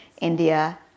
India